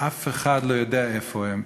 אף אחד לא יודע איפה הם,